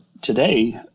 today